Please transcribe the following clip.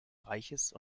reiches